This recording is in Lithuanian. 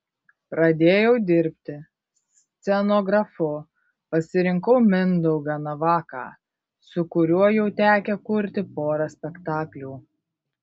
pradėjau dirbti scenografu pasirinkau mindaugą navaką su kuriuo jau tekę kurti porą spektaklių